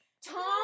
Tom